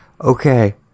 Okay